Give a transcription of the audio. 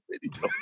video